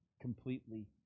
completely